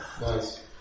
Nice